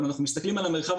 אבל אנחנו מסתכלים על המרחב,